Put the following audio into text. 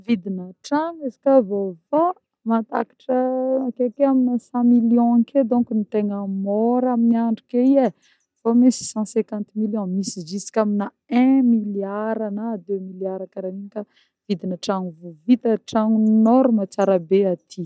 Vidina tragno izy koà vaovao matakatra akeke amina cent millions akeo donc no tegna môra amin'ny andro ake io ein fô misy cent cinquante millions, misy jusqu'amina un milliard na deux milliards karan'igny koà vidina tragno vô vita, tragno norme tsara be aty.